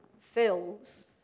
fills